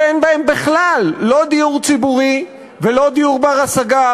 שאין בהם בכלל לא דיור ציבורי ולא דיור בר-השגה,